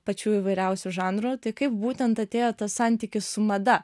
pačių įvairiausių žanrų tai kaip būtent atėjo tas santykis su mada